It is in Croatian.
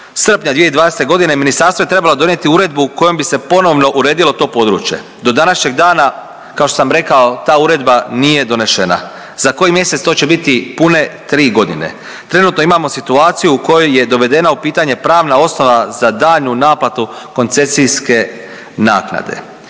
srpnja 2020.g. ministarstvo je trebalo donijeti uredbu kojom bi se ponovno uredilo to područje, do današnjeg dana kao što sam rekao ta uredba nije donešena, za koji mjesec to će biti pune 3.g.. Trenutno imamo situaciju u kojoj je dovedena u pitanje pravna osnova za daljnju naplatu koncesijske naknade.